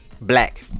black